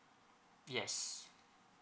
yes